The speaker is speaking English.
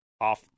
off